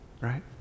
right